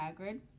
Hagrid